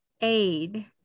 aid